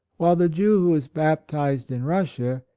while the jew, who is baptized in russia,